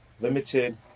limited